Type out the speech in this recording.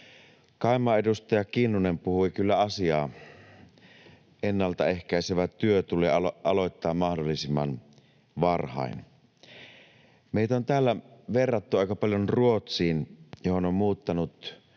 Kaima, edustaja Kinnunen, puhui kyllä asiaa. Ennaltaehkäisevä työ tulee aloittaa mahdollisimman varhain. Meitä on täällä verrattu aika paljon Ruotsiin, johon on muuttanut